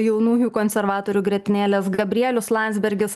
jaunųjų konservatorių grietinėlės gabrielius landsbergis